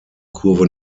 kurve